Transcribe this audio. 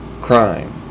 crime